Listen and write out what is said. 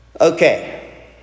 Okay